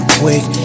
quick